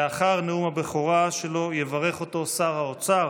לאחר נאום הבכורה שלו, יברך אותו שר האוצר